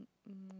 move